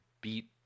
beat